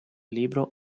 libro